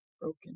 broken